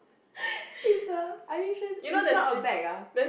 is the are you sure is not a bag ah